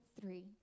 three